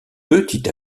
petit